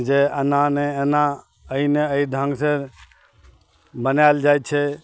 जे एना नहि एना अछि नहि अछि ढंग से बनाएल जाइ छै